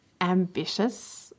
ambitious